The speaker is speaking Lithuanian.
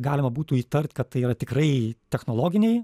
galima būtų įtart kad tai yra tikrai technologiniai